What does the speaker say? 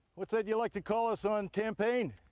what's that you like to call us on campaign?